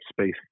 space